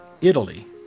Italy